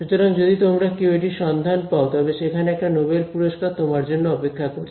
সুতরাং যদি তোমরা কেউ এটির সন্ধান পাও তবে সেখানে একটা নোবেল পুরস্কার তোমার জন্য অপেক্ষা করছে